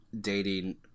dating